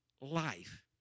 life